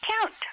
count